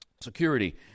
security